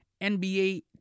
NBA